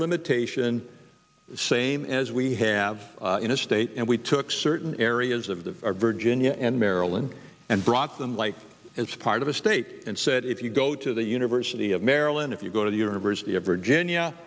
limitation same as we have in a state and we took certain areas of the virginia and maryland and brought them like as part of the state and said if you go to the university of maryland if you go to the university of virginia